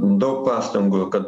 daug pastangų kad